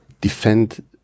defend